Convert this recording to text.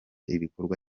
ibikorwa